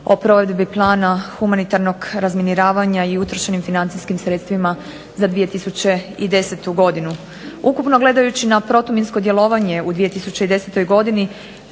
o provedbi plana humanitarnog razminiravanja i utrošenim financijskim sredstvima za 2010. godinu. Ukupno gledajući na protuminsko djelovanje u 2010. godini